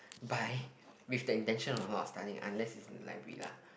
by with the intention of not studying unless is in a library lah